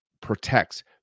protects